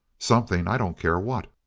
something i don't care what!